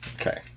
Okay